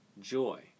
joy